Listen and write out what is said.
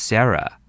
Sarah？